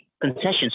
concessions